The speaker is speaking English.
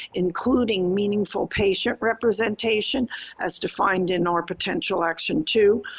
including meaningful patient representation as defined in our potential action two.